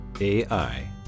AI